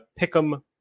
Pick'em